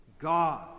God